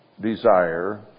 desire